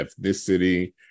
ethnicity